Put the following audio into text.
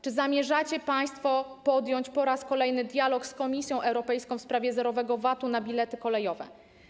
Czy zamierzacie państwo podjąć po raz kolejny dialog z Komisją Europejską w sprawie zerowego VAT-u na bilety kolejowe?